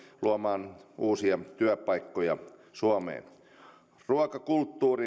luomaan uusia työpaikkoja suomeen ruokakulttuurin puolesta